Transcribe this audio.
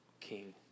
king